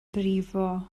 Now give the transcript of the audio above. brifo